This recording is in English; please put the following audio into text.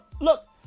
look